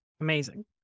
amazing